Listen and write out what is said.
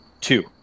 Two